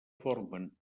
formen